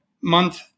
month